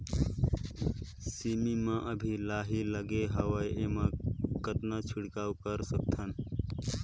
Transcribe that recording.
सेमी म अभी लाही लगे हवे एमा कतना छिड़काव कर सकथन?